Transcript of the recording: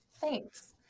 thanks